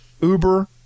Uber